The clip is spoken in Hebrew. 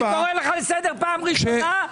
אני קורא לך לסדר פעם ראשונה,